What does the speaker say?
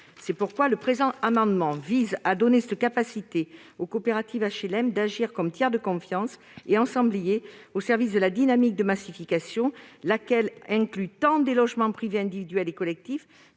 C'est pourquoi le présent amendement vise à donner la capacité aux coopératives d'HLM d'agir comme tiers de confiance et ensemblier au service de la dynamique de massification, laquelle inclut tant des logements privés individuels et collectifs